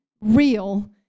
real